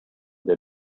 der